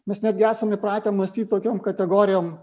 mes netgi esam įpratę mąstyt tokiom kategorijom